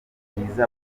bwiza